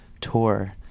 tour